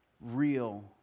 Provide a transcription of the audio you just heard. real